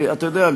אתה יודע,